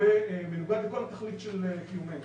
ומנוגד לכל תכלית של קיומנו.